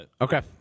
Okay